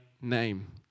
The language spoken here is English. name